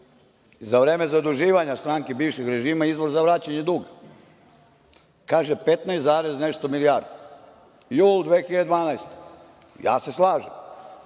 za vreme zaduživanja stranke bivšeg režima izvor za vraćanje duga, kaže 15 zarez nešto milijardi, jul 2012. godine, slažem